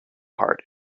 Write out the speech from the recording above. heart